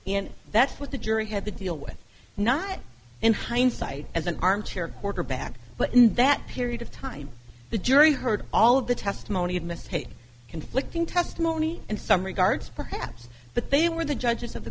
and that's what the jury had to deal with not in hindsight as an armchair quarterback but in that period of time the jury heard all of the testimony of mr tate conflicting testimony in some regards perhaps but they were the judges of the